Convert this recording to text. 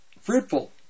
Fruitful